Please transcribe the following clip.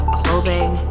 clothing